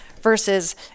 versus